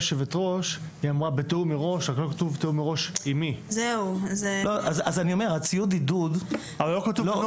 היושבת-ראש גם אמרה בתיאום מראש רק לא כתוב בתיאום עם מי.